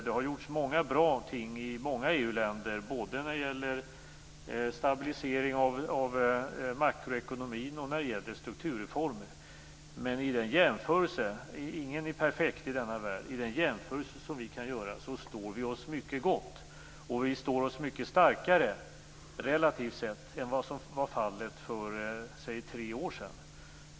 Det har gjorts bra ting i många EU-länder i fråga om både stabilisering av makroekonomin och strukturreformer. Ingen är perfekt i denna världen, men vid en jämförelse står vi oss mycket gott, och vi står relativt sett mycket starkare än vad som var fallet för tre år sedan.